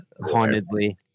hauntedly